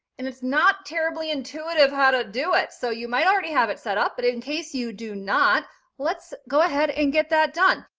and it's not terribly intuitive how to do it. so you might already have it set up, but in case you do not, let's go ahead and get that done!